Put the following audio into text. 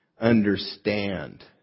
understand